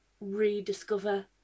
rediscover